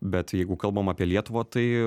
bet jeigu kalbam apie lietuvą tai